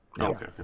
Okay